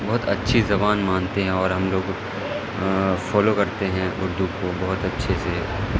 بہت اچھی زبان مانتے ہیں اور ہم لوگ فالو کرتے ہیں اردو کو بہت اچھے سے